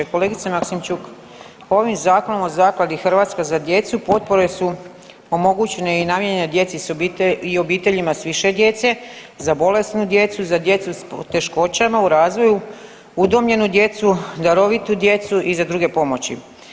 Kolegice Maksimčuk, ovim Zakonom o Zakladi „Hrvatska za djecu“ potpore su omogućene i namijenjene djeci i obiteljima s više djece, za bolesnu djecu, za djecu s poteškoćama u razvoju, udomljenu djecu, darovitu djecu i za druge pomoći.